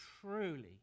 Truly